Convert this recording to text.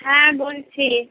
হ্যাঁ বলছি